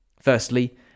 Firstly